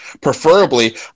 Preferably